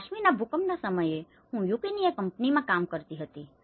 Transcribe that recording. અને કાશ્મીરના ભૂકંપના સમયે હું યુકેની એક કંપનીમાં કામ કરતો હતો